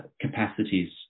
capacities